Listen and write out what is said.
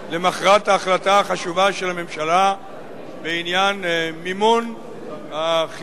למחרת ההחלטה החשובה של הממשלה בעניין מימון החינוך